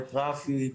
את רפי,